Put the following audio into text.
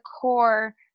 core